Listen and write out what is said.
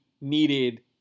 needed